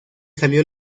salió